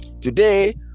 today